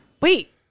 wait